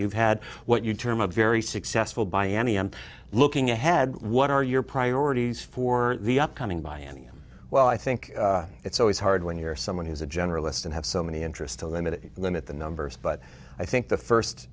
you've had what you term a very successful by any i'm looking ahead what are your priorities for the upcoming by any well i think it's always hard when you're someone who's a generalist and have so many interests to limit it limit the numbers but i think the first